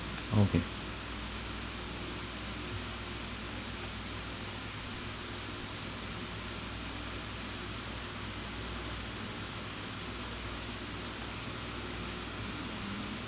okay